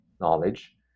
knowledge